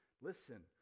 Listen